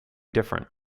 different